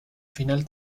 final